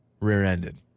rear-ended